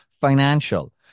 financial